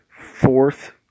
fourth